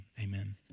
amen